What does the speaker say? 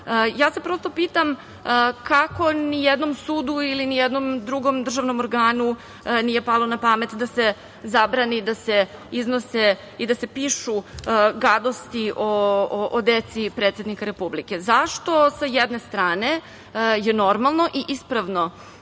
Ja se prosto pitam kako ni jednom sudu ili ni jednom drugom državnom organu nije palo na pamet da se zabrani da se iznose i da se pišu gadosti o deci predsednika Republike? Zašto je sa jedne strane normalno i ispravno